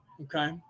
okay